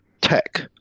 tech